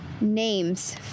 names